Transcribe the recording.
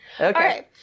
Okay